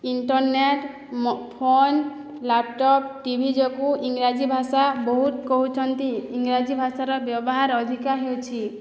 internet phone laptop TV ଯୋଗୁଁ ଇଂରାଜୀ ଭାଷା ବହୁତ କହୁଛନ୍ତି ଇଂରାଜୀ ଭାଷାର ବ୍ୟବହାର ଅଧିକ ହେଉଛି